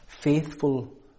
Faithful